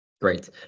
Great